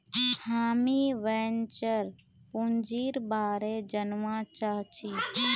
हामीं वेंचर पूंजीर बारे जनवा चाहछी